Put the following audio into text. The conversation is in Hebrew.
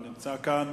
לא נמצא כאן.